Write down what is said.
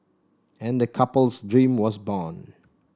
and the couple's dream was born